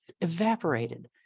evaporated